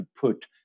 put